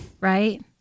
Right